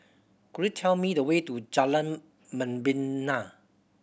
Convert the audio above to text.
could you tell me the way to Jalan Membina